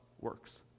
works